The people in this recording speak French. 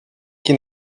qui